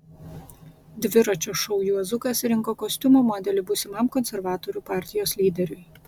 dviračio šou juozukas rinko kostiumo modelį būsimam konservatorių partijos lyderiui